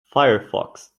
firefox